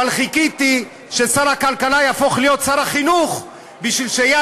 אבל חיכיתי ששר הכלכלה יהפוך להיות שר החינוך בשביל שיד